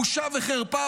בושה וחרפה,